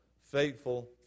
faithful